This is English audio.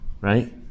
Right